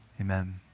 Amen